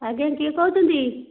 ଆଜ୍ଞା କିଏ କହୁଛନ୍ତି